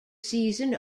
season